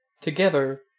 together